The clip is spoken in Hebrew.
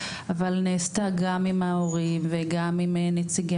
אבל נעשתה גם עם ההורים וגם עם נציגי